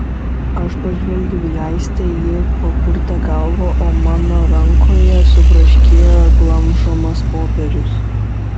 aš pažvelgiau į aistę ji papurtė galvą o mano rankoje subraškėjo glamžomas popierius